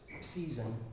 season